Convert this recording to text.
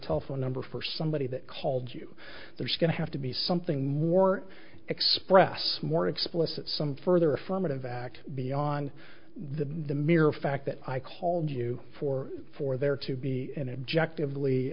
telephone number for somebody that called you there's going to have to be something more express more explicit some further affirmative act beyond the mere fact that i called you for for there to be an objective lee